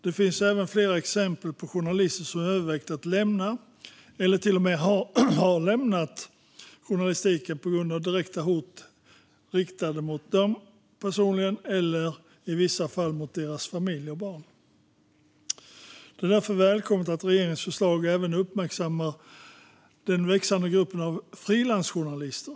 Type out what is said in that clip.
Det finns även flera exempel på journalister som har övervägt att lämna eller till och med har lämnat journalistiken på grund av direkta hot riktade mot dem personligen och i vissa fall mot deras familj och barn. Det är därför välkommet att regeringens förslag även uppmärksammar den växande gruppen frilansjournalister.